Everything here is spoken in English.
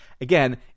again